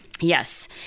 Yes